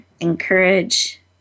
encourage